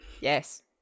Yes